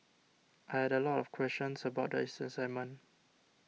I had a lot of questions about the assignment